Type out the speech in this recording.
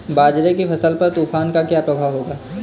बाजरे की फसल पर तूफान का क्या प्रभाव होगा?